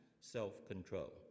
self-control